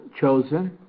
chosen